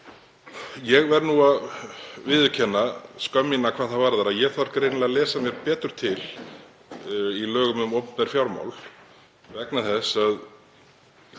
Ég verð nú að viðurkenna skömm mína hvað það varðar að ég þarf greinilega að lesa mér betur til í lögum um opinber fjármál vegna þess að